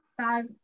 Five